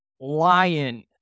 lion